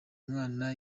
mwana